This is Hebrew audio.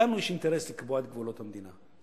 שלנו יש אינטרס לקבוע את גבולות המדינה.